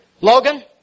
Logan